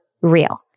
real